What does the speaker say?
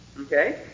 Okay